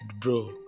bro